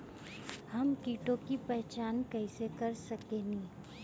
हम कीटों की पहचान कईसे कर सकेनी?